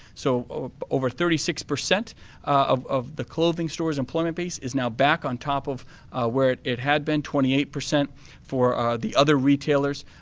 so ah over thirty six percent of of the clothing stores appointment base is back on top of where it it had been, twenty eight percent for the other retailers.